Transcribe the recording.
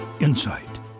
insight